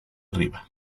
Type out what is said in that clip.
arriba